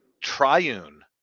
triune